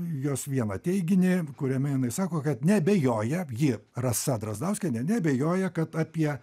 jos vieną teiginį kuriame jinai sako kad neabejoja ji rasa drazdauskienė neabejoja kad apie